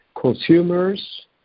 consumers